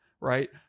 right